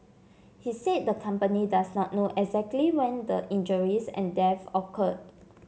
he said the company does not know exactly when the injuries and death occurred